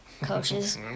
coaches